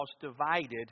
divided